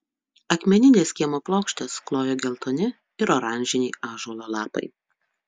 akmenines kiemo plokštes klojo geltoni ir oranžiniai ąžuolo lapai